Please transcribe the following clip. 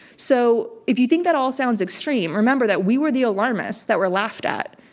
so, if you think that all sounds extreme, remember that we were the alarmists that were laughed at.